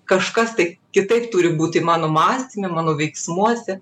kažkas tai kitaip turi būti mano mąstyme mano veiksmuose